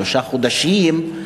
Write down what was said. שלושה חודשים,